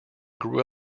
grew